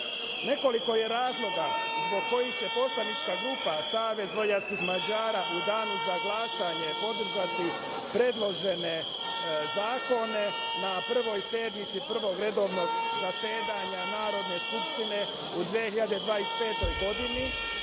zakone. Nekoliko je razloga zbog kojih će poslanička grupa Savez vojvođanskih Mađara u danu za glasanje podržati predložene zakone na Prvoj sednici Prvog redovnog zasedanja Narodne skupštine u 2025. godini.